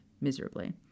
miserably